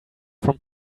from